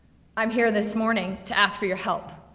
i'm here this morning, to ask for your help,